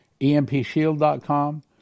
empshield.com